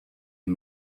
and